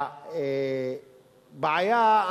הבעיה,